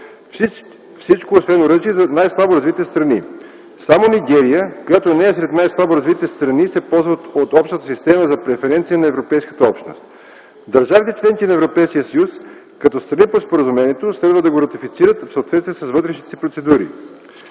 „Всичко-освен оръжия” за най-слабо развитите страни. Само Нигерия, която не е сред най-слабо развитите страни, се ползва от Общата система за преференции на Европейската общност. Държавите – членки на Европейския съюз, като страни по Споразумението, следва да го ратифицират в съответствие с вътрешните си процедури.